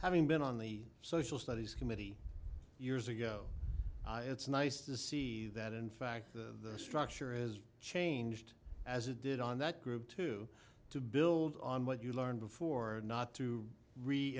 having been on the social studies committee years ago it's nice to see that in fact the structure is changed as it did on that group to to build on what you learned before not to